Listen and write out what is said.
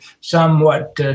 somewhat